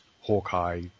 Hawkeye